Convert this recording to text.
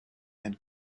had